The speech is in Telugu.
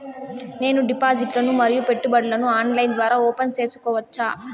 నేను డిపాజిట్లు ను మరియు పెట్టుబడులను ఆన్లైన్ ద్వారా ఓపెన్ సేసుకోవచ్చా?